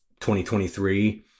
2023